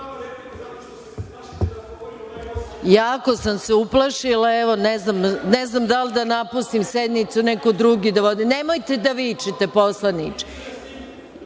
…)Jako sam se uplašila. Evo, ne znam da li da napustim sednicu, neko drugi da vodi. Nemojte da vičete.(Srđan